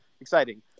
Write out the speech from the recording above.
exciting